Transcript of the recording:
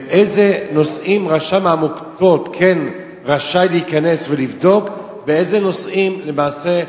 באיזה נושאים רשם העמותות כן רשאי להיכנס ולבדוק ובאיזה נושאים למעשה,